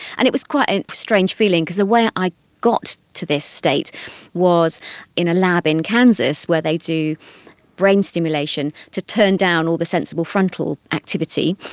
and it was quite a strange feeling because the way i got to this state was in a lab in kansas where they do brain stimulation to turn down all the sensible frontal activity,